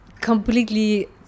completely